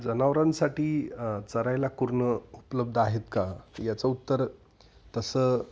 जनावरांसाठी चरायला कुरणं उपलब्ध आहेत का याचं उत्तर तसं